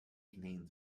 contains